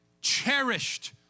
cherished